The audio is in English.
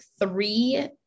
three